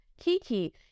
Kiki